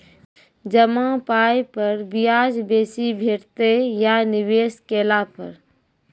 जमा पाय पर ब्याज बेसी भेटतै या निवेश केला पर?